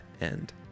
end